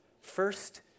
First